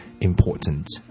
important